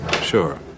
Sure